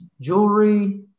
jewelry